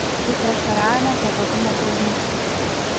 tai prieštaravimas nekaltumo prezumpcijai